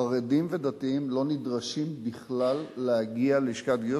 חרדים ודתיים לא נדרשים בכלל להגיע ללשכת גיוס,